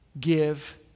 give